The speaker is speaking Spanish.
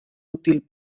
útil